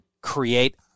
create